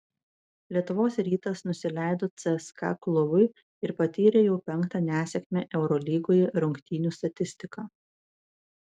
lietuvos rytas nusileido cska klubui ir patyrė jau penktą nesėkmę eurolygoje rungtynių statistika